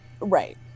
Right